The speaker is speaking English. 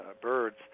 birds